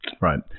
Right